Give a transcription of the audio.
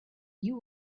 you